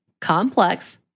complex